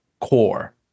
core